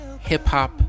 hip-hop